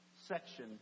section